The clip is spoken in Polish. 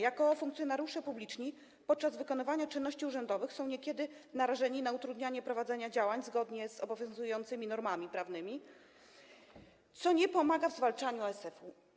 Jako funkcjonariusze publiczni podczas wykonywania czynności urzędowych są niekiedy narażeni na utrudnianie prowadzenia działań zgodnie z obowiązującymi normami prawnymi, co nie pomaga w zwalczaniu ASF-u.